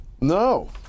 No